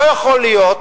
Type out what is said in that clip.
לא יכול להיות